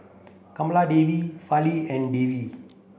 Kamaladevi Fali and Devi